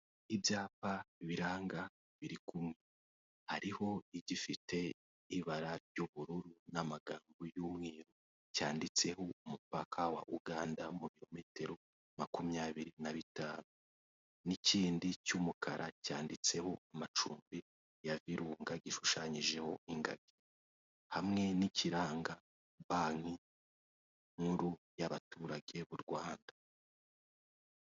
Ibyapa biranga biri ku hariho igifite ibara ry'ubururu n'amagambo y'umweru cyanditseho umupaka wa Uganda mu birometero makumyabiri na bitanu n'ikindi cy'umukara cyanditseho amacumbi ya virunga gishushanyijeho ingagi hamwe n'ikiranga banki nkuru y'abaturage b'u Rwanda.